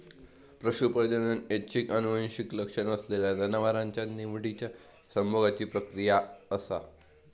पशू प्रजनन ऐच्छिक आनुवंशिक लक्षण असलेल्या जनावरांच्या निवडिच्या संभोगाची प्रक्रिया असा